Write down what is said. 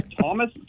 Thomas